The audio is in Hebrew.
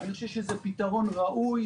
אני חושב שזה פתרון ראוי,